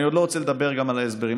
ואני לא רוצה לדבר על ההסברים.